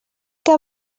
que